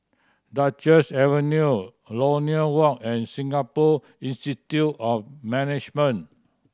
Duchess Avenue Lornie Walk and Singapore Institute of Management